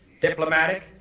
diplomatic